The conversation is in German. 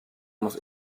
muss